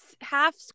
Half